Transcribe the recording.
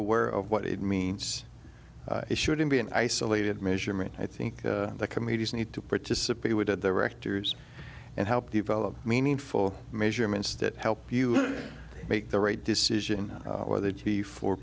aware of what it means it shouldn't be an isolated measurement i think that comedians need to participate with at the rector's and help develop meaningful measurements that help you make the right decision whether to be for